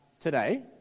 today